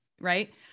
Right